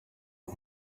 nko